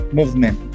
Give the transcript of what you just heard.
movement